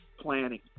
Planning